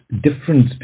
difference